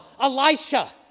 Elisha